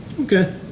okay